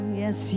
Yes